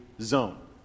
zone